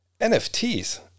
NFTs